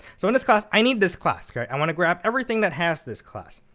so in this class, i need this class. i want to grab everything that has this class.